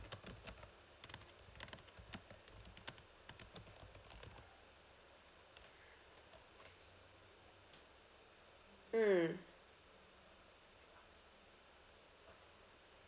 mm